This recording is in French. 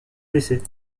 blessés